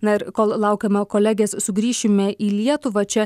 na ir kol laukiame kolegės sugrįšime į lietuvą čia